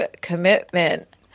commitment